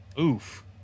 Oof